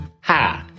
Hi